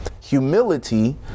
humility